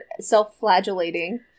self-flagellating